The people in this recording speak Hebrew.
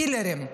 קילרים.